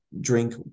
drink